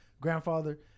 grandfather